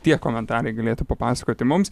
tie komentarai galėtų papasakoti mums